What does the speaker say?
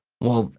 well,